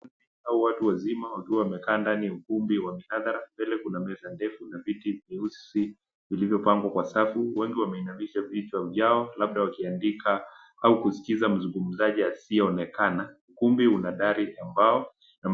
Hawa watu wazima wakiwa wamekaa ndani ya ukumbi wa hadhara mbele kuna meza ndefu na viti vyeusi vilivyo pangwa kwa safu. Watu ameinamisha vichwa vyao labda kuandika au kusikiliza mzungumzaji asiyeonekana. Ukumbi una dari wa mbao.